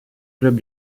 club